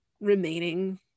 remaining